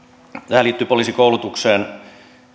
tämä liittyy poliisikoulutukseen